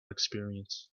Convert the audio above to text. experience